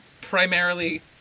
primarily